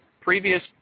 previous